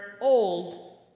old